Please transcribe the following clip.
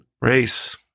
race